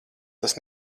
tas